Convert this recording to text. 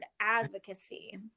advocacy